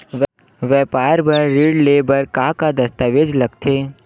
व्यापार बर ऋण ले बर का का दस्तावेज लगथे?